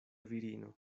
virino